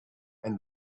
and